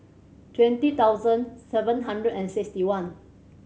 twenty thousand seven hundred and sixty one